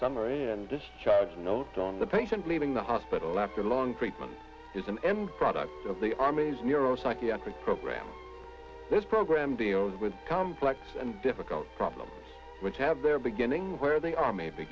summary and discharge not on the patient leaving the hospital after long treatment is an end product of the army's neuropsychiatric program this program deals with complex and difficult problems which have their beginnings where they are maybe